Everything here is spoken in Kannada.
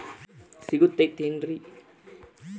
ಯು.ಪಿ.ಐ ನಾಗ ನಾನು ಪಾವತಿ ಮಾಡಿದ ರೊಕ್ಕದ ಮಾಹಿತಿ ಸಿಗುತೈತೇನ್ರಿ?